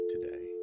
today